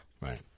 Right